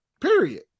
Period